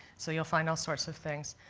so you'll find all sorts of things.